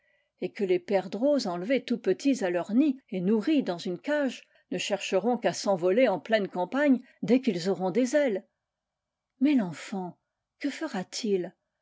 et que les perdreaux enlevés tout petits à leur nid et nourris dans une cage ne chercheront qu'à s'envoler en pleine campagne dès qu'ils auront des ailes mais l'enfant que fera-t-il